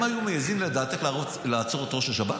הם היו מעיזים, לדעתך, לעצור את ראש השב"כ?